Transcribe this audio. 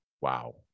Wow